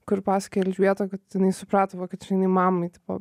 kur pasakojai elžbieta kad jinai suprato va kad čia jinai mamai tipo